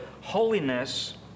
holiness